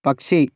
പക്ഷി